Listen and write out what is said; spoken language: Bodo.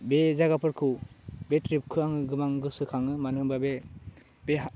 बे जायगाफोरखौ बे ट्रिपखौ आङो गोबां गोसो खाङो मानो होनबा बे बे